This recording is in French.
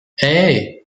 hey